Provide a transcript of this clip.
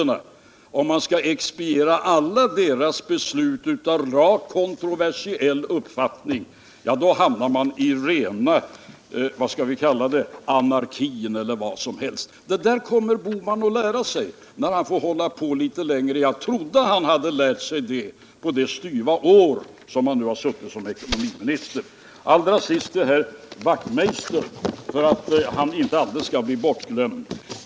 Skall man expediera alla deras beslut av rakt kontroversiella uppfattningar, hamnar man i rena anarkin eller vad som helst. Detta kommer herr Bohman att lära sig, när han får hålla på litet längre. Jag trodde annars att han hade lärt sig det på det styva år som han nu har suttit som ekonomiminister. Allra sist vill jag rikta mig till Knut Wachtmeister för att han inte skall bli bortglömd.